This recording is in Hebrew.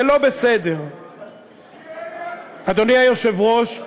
אדוני היושב-ראש,